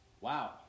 wow